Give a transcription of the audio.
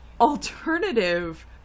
alternative